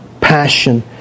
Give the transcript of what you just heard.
passion